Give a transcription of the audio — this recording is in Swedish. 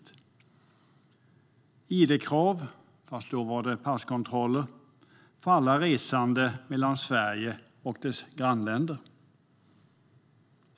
Det var id-krav, fast då i form av passkontroller, för alla resande mellan Sverige och dess grannländer.